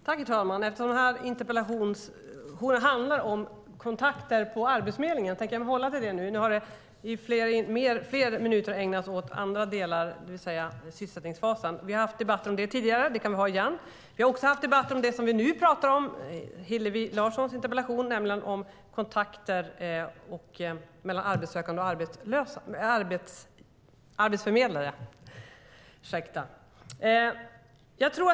Herr talman! Eftersom interpellationen handlar om kontakter på Arbetsförmedlingen tänker jag hålla mig till den frågan. Nu har flera minuter ägnats åt en annan fråga, nämligen sysselsättningsfasen. Vi har haft debatter om den frågan tidigare, och det kan vi ha igen. Vi har också haft debatter om det vi nu talar om, nämligen Hillevi Larssons interpellation om kontakter mellan arbetssökande och arbetsförmedlare.